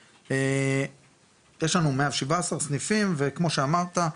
יש לנו מעל 17% וכמו שאמרת,